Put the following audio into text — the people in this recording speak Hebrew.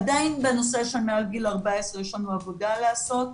עדיין בנושא של מעל גיל 14 יש לנו עבודה לעשות.